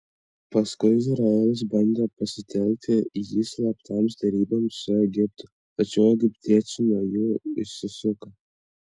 paskui izraelis bandė pasitelkti jį slaptoms deryboms su egiptu tačiau egiptiečiai nuo jų išsisuko